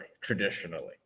traditionally